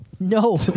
No